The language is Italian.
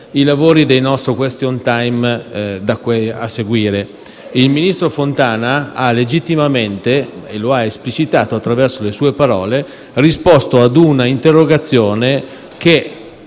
i lavori delle nostre sedute di *question time* da qui a seguire. Il ministro Fontana ha legittimamente - e lo ha esplicitato attraverso le sue parole - risposto a un'interrogazione che,